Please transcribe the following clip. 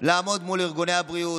לעמוד מול ארגוני הבריאות,